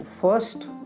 first